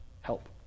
help